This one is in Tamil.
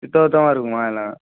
சுத்தபத்தமாக இருக்குமா எல்லாம்